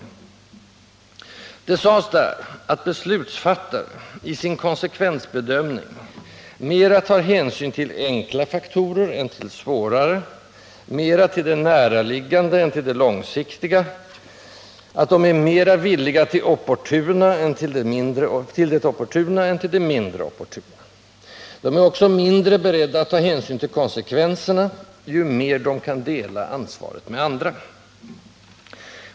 Där redogjordes för en studie som visade att beslutsfattare i sin konsekvensbedömning mera tar hänsyn till enkla faktorer än till svårare, mera till det näraliggande än till det långsiktiga, och att de är mera villiga till det opportuna än till det mindre opportuna. De är också mindre beredda att ta hänsyn till konsekvenserna, ju mer de kan dela ansvaret med andra.